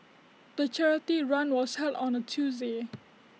the charity run was held on A Tuesday